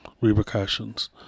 repercussions